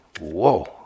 whoa